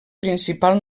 principal